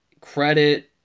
credit